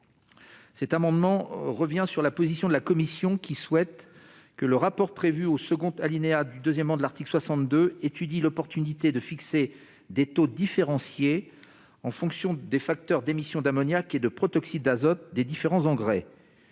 tend à revenir sur la position de la commission, qui a souhaité que le rapport prévu au second alinéa du II de l'article 62 étudie l'opportunité de fixer des taux de redevance différenciés en fonction des facteurs d'émission d'ammoniac et de protoxyde d'azote des différents types